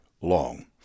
long